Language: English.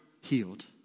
healed